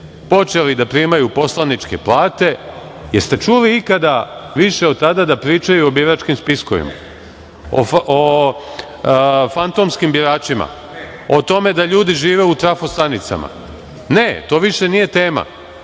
počeli da primaju poslaničke plate. Da li ste čuli ikada više od tada da pričaju o biračkim spiskovima, o fantomskim biračima, o tome da ljudi žive u trafo-stanicama? Ne, to više nije tema.